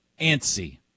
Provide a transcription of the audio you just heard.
antsy